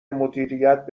مدیریت